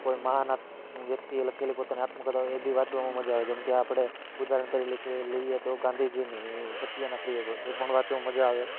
કોઈ મહાન વ્યક્તિએ લખેલી પોતાની આત્માકથાઓ એ બી વાંચવામાં મજા આવે જેમકે આપણે ઉદાહરણ તરીકે લઈએ તો ગાંધીજીની સત્યના પ્રયોગ એ પણ વાંચવામાં મજા આવે